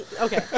Okay